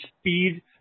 speed